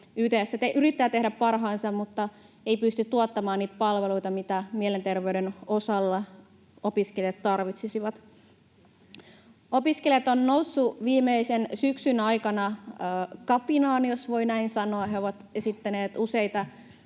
YTHS yrittää tehdä parhaansa mutta ei pysty tuottamaan niitä palveluita, mitä mielenterveyden osalta opiskelijat tarvitsisivat. Opiskelijat ovat nousseet viimeisen syksyn aikana kapinaan, jos voi näin sanoa. He ovat esittäneet useita